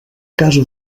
casa